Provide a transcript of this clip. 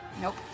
Nope